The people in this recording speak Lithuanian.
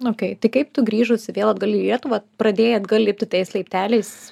nu okei tai kaip tu grįžusi vėl atgal į lietuvą pradėjai atgal lipti tais laipteliais